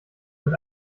mit